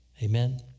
Amen